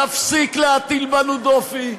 תפסיק להטיל בנו דופי.